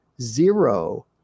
zero